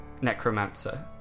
necromancer